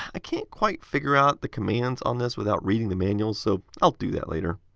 i can't quite figure out the commands on this without reading the manual, so i'll do that later.